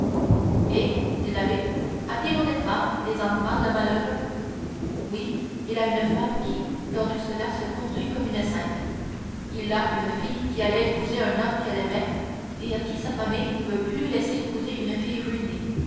et dit l'abbé a-t-il une femme des enfants le malheureux oui il a une femme qui dans tout cela se conduit comme une sainte il a une fille qui allait épouser un homme qu'elle aimait et à qui sa famille ne veut plus laisser épouser une fille ruinée